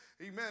amen